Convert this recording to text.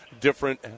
different